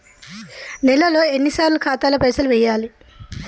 నెలలో ఎన్నిసార్లు ఖాతాల పైసలు వెయ్యాలి?